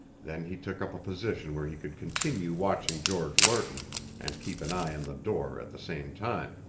then he took up a position where he could continue watching george lerton and keep an eye on the door at the same time.